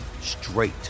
straight